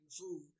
food